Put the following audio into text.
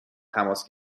تماس